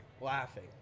laughing